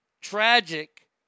tragic